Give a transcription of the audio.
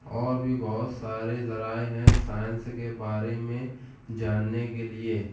اور بھی بہت سارے ذرائع ہیں سائنس کے بارے میں جاننے کے لیے